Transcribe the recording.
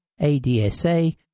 ADSA